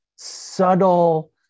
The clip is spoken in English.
subtle